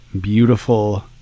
beautiful